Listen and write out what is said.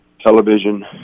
television